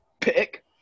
pick